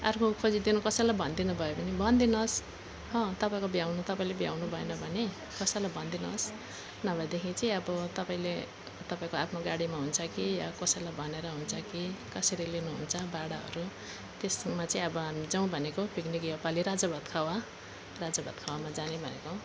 अर्को खोजिदिनु कसैलाई भनिदिनुभयो भने भनिदिनुहोस् हो तपाईँको भ्याउनु तपाईँले भ्याउनु भएन भने कसैलाई भनिदिनुहोस् नभएदेखि चाहिँ अब तपाईँले तपाईँको आफ्नो गाडीमा हुन्छ कि कसैलाई भनेर हुन्छ कि कसरी लिनुहुन्छ भाडाहरू त्यस्तोमा चाहिँ अब हामी जाऔँ भनेको पिकनिक योपालि राजा भतखावा राजा भतखावामा जाने भनेको